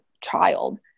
child